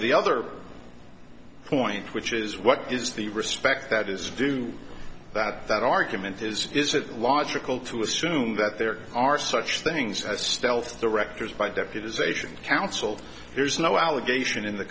the other point which is what is the respect that is due that that argument is is it logical to assume that there are such things as stealth directors by deputies asian counsel there's no allegation in the